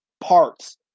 parts